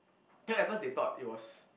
then at first they thought it was